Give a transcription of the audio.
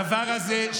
הדבר הזה,